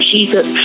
Jesus